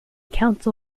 council